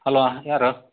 hello ಯಾರು